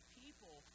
people